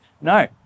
No